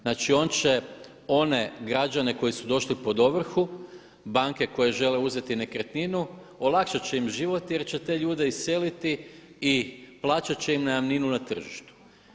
Znači on će one građane koji su došli pod ovrhu, banke koje žele uzeti nekretninu olakšati će im život jer će te ljude iseliti i plaćati će im najamninu na tržištu.